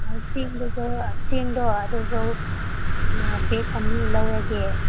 ꯆꯦꯡꯗꯨꯁꯨ ꯆꯦꯡꯗꯣ ꯑꯗꯨꯁꯨ ꯕꯦꯛ ꯑꯅꯤ ꯂꯧꯔꯒꯦ